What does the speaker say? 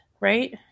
right